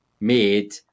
made